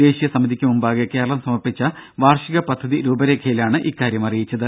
ദേശീയ സമിതിയ്ക്ക് മുമ്പാകെ കേരളം സമർപ്പിച്ച വാർഷിക പദ്ധതി രൂപരേഖയിലാണ് ഇക്കാര്യം അറിയിച്ചത്